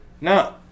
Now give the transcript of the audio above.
No